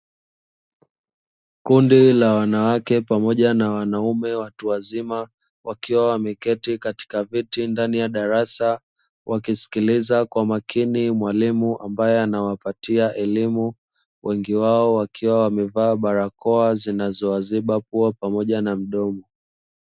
Kundi la wanawake pamoja na wanaume watu wazima, wakiwa wameketi katika viti ndani ya darasa, wakisikiliza kwa makini mwalimu ambae anawapatia elimu wengi wao wakiwa wamevaa barakoa zinazowaziba pua pamoja na mdomo.